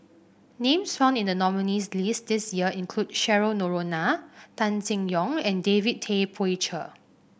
names found in the nominees' list this year include Cheryl Noronha Tan Seng Yong and David Tay Poey Cher